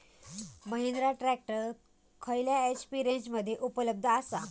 Mahindra tractor खयल्या HP रेंजमध्ये उपलब्ध आसा?